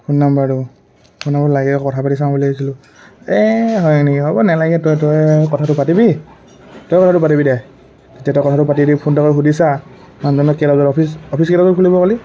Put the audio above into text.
phone নাম্বাৰটো phone number লাগে কথা পাতি চাওঁ বুলি ভাবিছিলোঁ এ হয় নেকি হ'ব নেলাগে তই তই কথাটো পাতিবি তই কথাটো পাতিবি তেতিয়া কথাটো পাতিবি ফোন এটা কৰি সুধিছা মানুহজনক